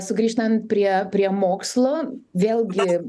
sugrįžtant prie prie mokslo vėlgi